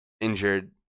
injured